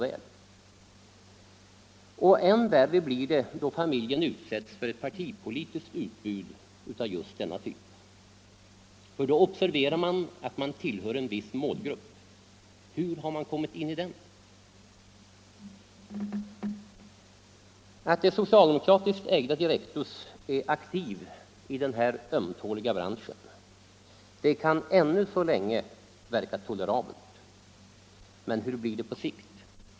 Ännu värre blir det, då familjen utsätts för ett partipolitiskt utbud av just denna typ. Man observerar att man tillhör en viss målgrupp. Hur har man kommit in i den? Att det socialdemokratiskt ägda Direktus är aktivt i denna ömtåliga bransch kan ännu så länge verka tolerabelt — men hur blir det på sikt?